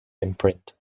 imprint